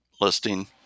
listing